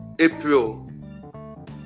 april